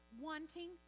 wanting